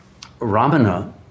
Ramana